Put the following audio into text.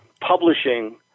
publishing